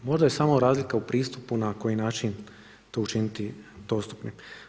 Možda je samo razlika u pristupu na koji način to učiniti dostupnim.